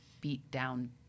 beat-down